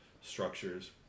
structures